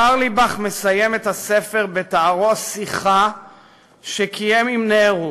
קרליבך מסיים את הספר בתארו שיחה שקיים עם נהרו,